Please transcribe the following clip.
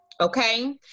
okay